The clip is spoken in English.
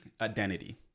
Identity